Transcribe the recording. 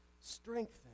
strengthen